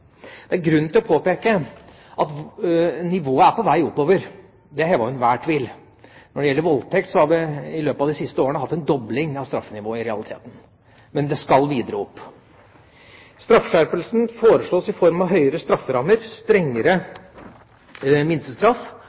Det er grunn til å påpeke at nivået er på vei oppover. Det er hevet over enhver tvil. Når det gjelder voldtekt, har vi i løpet av de siste årene i realiteten hatt en dobling av straffenivået, men det skal videre opp. Straffeskjerpelsen foreslås i form av høyere strafferammer, strengere minstestraff